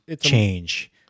change